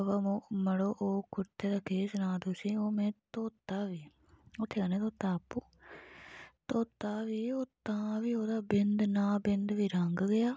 अ बा मो मड़ो ओह् कुरते दा केह् सनां तुसें ओह् में धोता बी हत्थें कन्नै धोता आपूं धोता बी ओह् तां बी ओह्दा बिंद ना बिंद बी रंग गेआ